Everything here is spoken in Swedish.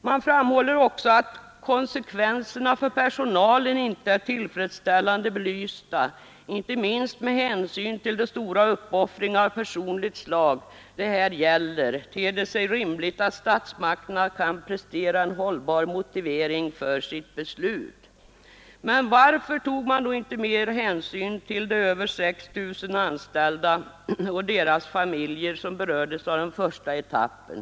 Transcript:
Man framhåller också att konsekvenserna för personalen inte är tillfredsställande belysta. ”Inte minst med hänsyn till de stora uppoffringar av personligt slag det här gäller ter det sig rimligt att statsmakterna kan prestera en hållbar motivering för sitt beslut”, säger man. Men varför tog man då inte mer hänsyn till de över 6 000 anställda och deras familjer som berördes av den första etappen?